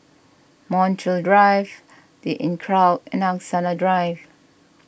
Montreal Drive the Inncrowd and Angsana Drive